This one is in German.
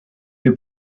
wir